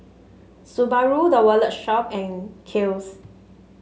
Subaru The Wallet Shop and Kiehl's